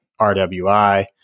RWI